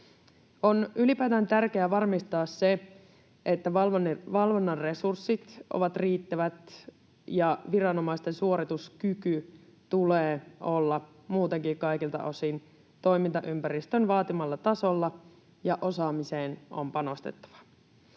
On ylipäätään tärkeää varmistaa se, että valvonnan resurssit ovat riittävät. Viranomaisten suorituskyvyn tulee olla muutenkin kaikilta osin toimintaympäristön vaatimalla tasolla, ja osaamiseen on panostettava.